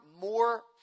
more